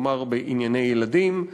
כלומר בענייני ילדים.